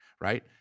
right